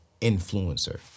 influencer